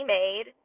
made